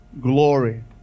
glory